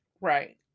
Right